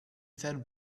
fed